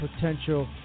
potential